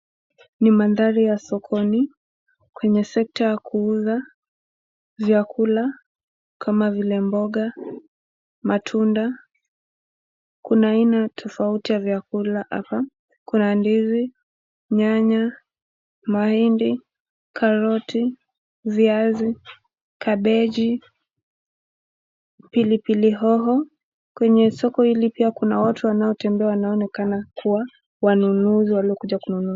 Ni madhali ya sokoni kwenye sekta ya kuuza vyakula kama vile mboga, matunda, ndizi nyanya ,mahindi ,karoti, viazi, cabiji pilipili hoho na pia kuna watu wanaotembea kuonekana kama kuwa wanunuzi waliokuja kununua.